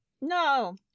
no